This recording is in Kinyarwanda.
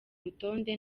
rutonde